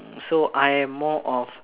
mm so I am more of